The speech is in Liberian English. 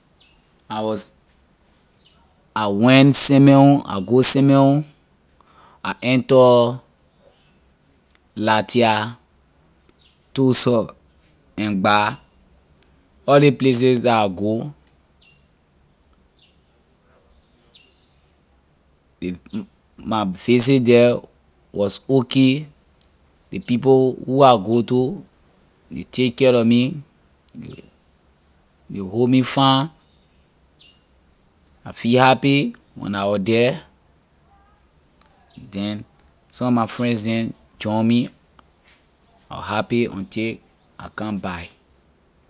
I was I went semenhom I go semenhum I enter latia toso and gbah all ley places la I go my visit the was okay ley people who I go to ley take care care of me ley hold me fine I feel happy when I was the then some my friends them join me I was happy until I come back.